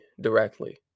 directly